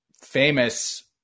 famous